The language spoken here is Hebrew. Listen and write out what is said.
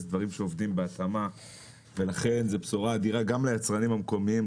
זה דברים שעובדים בהתאמה ולכן זו בשורה אדירה גם ליצרים המקומיים,